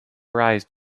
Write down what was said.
rise